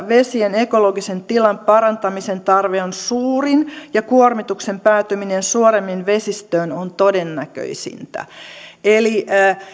vesien ekologisen tilan parantamisen tarve on suurin ja kuormituksen päätyminen suoremmin vesistöön on todennäköisintä eli